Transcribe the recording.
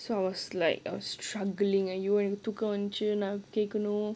so I was like I was struggling and you எனக்கு தூக்கம் வந்துச்சு கேக்கணும்:enakku thookam vandhuchu kekkanum